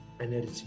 energy